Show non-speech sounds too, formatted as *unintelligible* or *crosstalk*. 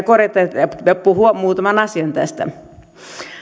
*unintelligible* korjata ja ja puhua muutaman asian tästä